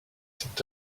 cet